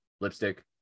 lipstick